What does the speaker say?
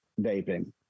vaping